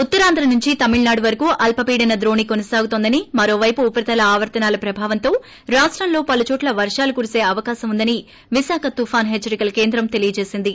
ఉత్తరాంధ్ర నుంచి తమిళనాడు వరకు అల్పపీడన ద్రోణి కొనసాగుతోందనిమరో వైపు ఉపరితలం ఆవర్తనాల ప్రభావంతో రాష్టంలో పలు చోట్ల వర్షాలు కురీస అవకాశం ఉందని విశాఖ తుఫాన్ హెచ్చరికల కేంద్రం తెలియజేసింది